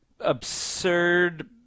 absurd